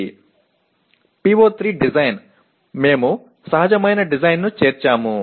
PO3 design మేము సహజమైన డిజైన్ను చేర్చాము